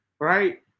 Right